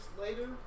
later